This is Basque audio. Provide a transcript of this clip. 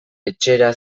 etxera